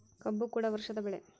ಕಬ್ಬು ಕೂಡ ವರ್ಷದ ಬೆಳೆ